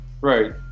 Right